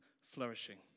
flourishing